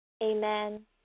Amen